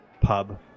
pub